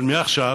אבל מעכשיו